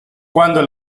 cuando